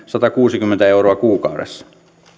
satakuusikymmentä euroa kuukaudessa